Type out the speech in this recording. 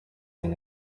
nyoko